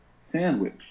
Sandwich